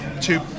two